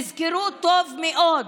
תזכרו טוב מאוד: